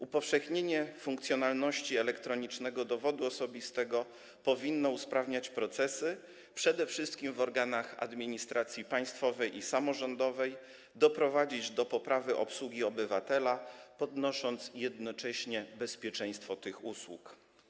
Upowszechnienie funkcjonalności elektronicznego dowodu osobistego powinno usprawniać procesy, przede wszystkim w organach administracji państwowej i samorządowej, doprowadzić do poprawy obsługi obywatela, podnosząc jednocześnie bezpieczeństwo tych usług.